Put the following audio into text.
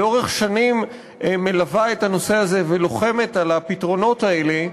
שלאורך שנים מלווה את הנושא הזה ולוחמת על הפתרונות האלה,